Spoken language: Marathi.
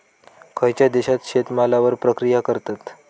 खयच्या देशात शेतमालावर प्रक्रिया करतत?